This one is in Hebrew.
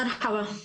מרחבא.